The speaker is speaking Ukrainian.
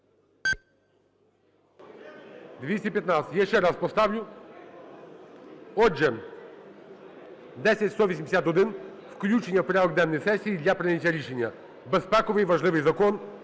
За-215 Я ще раз поставлю. Отже, 10181 - включення в порядок денний сесії для прийняття рішення. Безпековий, важливий закон.